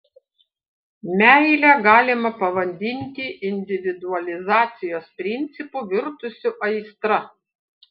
meilę galima pavadinti individualizacijos principu virtusiu aistra